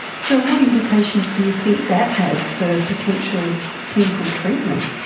so what implications do you think that has for potential clinical treatment?